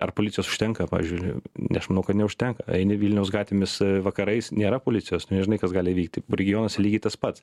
ar policijos užtenka pavyzdžiui vilniuj neš manau kad neužtenka eini vilniaus gatvėmis vakarais nėra policijos nežinai kas gali įvykti burgimas lygiai tas pats